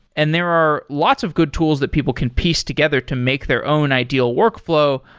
and there are lots of good tools that people can piece together to make their own ideal workflow,